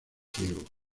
ciego